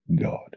God